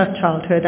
childhood